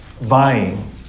vying